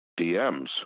DMs